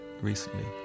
recently